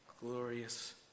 glorious